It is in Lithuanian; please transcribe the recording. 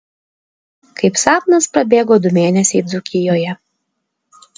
kaip sapnas prabėgo du mėnesiai dzūkijoje